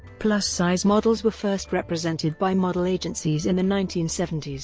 plus size models were first represented by model agencies in the nineteen seventy s.